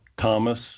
Thomas